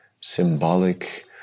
symbolic